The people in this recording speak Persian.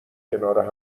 کنار